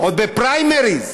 עוד בפריימריז?